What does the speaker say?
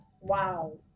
wow